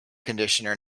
conditioner